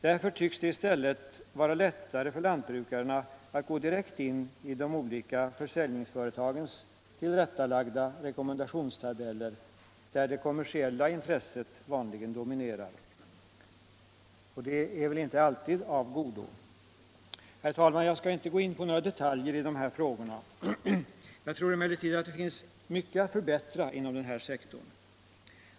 Därför tycks det i stället vara lättare för lantbrukarna att gå direkt in i de olika försäljningsföretagens tillrättalagda rekommendationstabeller, där det kommersiella intresset vanligen dominerar, och det är väl inte alltid av godo. Herr talman! Jag skall inte gå in på några detaljer i dessa frågor. Jag tror emellertid att det finns mycket att förbättra inom den här sektorn.